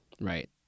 right